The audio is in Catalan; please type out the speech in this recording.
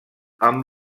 amb